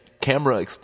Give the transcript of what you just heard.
camera